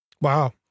Wow